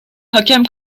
hakem